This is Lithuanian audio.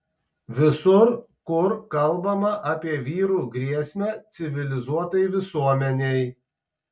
visur kur kalbama apie vyrų grėsmę civilizuotai visuomenei